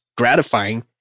gratifying